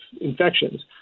infections